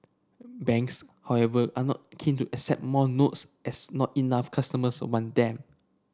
banks however are not keen to accept more notes as not enough customers want them